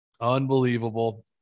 Unbelievable